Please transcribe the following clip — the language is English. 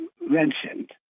mentioned